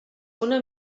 una